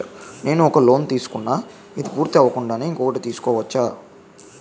నేను ఒక లోన్ తీసుకున్న, ఇది పూర్తి అవ్వకుండానే ఇంకోటి తీసుకోవచ్చా?